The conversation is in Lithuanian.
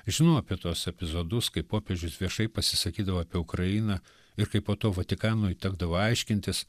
žinau apie tuos epizodus kai popiežius viešai pasisakydavo apie ukrainą ir kai po to vatikanui tekdavo aiškintis